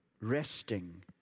resting